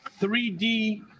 3D